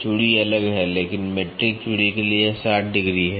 चूड़ी अलग है लेकिन मीट्रिक चूड़ी के लिए यह 60 डिग्री है